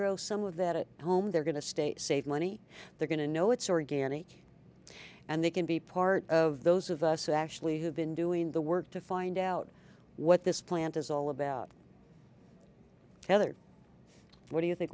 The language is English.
grow some of that it home they're going to stay save money they're going to know it's organic and they can be part of those of us who actually have been doing the work to find out what this plant is all about heather what do you think